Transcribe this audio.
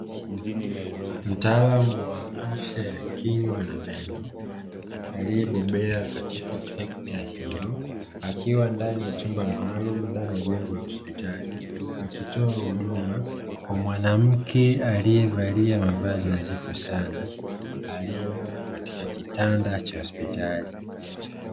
Mtaalamu wa afya ya kinywa na meno aliyebobea katika sekta hiyo akiwa ndani ya chumba maalumu ndani ya jengo la hospitali, akitoa huduma kwa mwanamke aliyevalia mavazi nadhifu sana aliyelala katika kitanda cha hospitali.